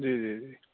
جی جی جی